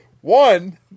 One